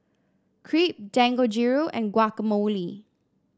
Crepe Dangojiru and Guacamole